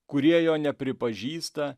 kurie jo nepripažįsta